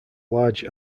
large